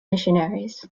missionaries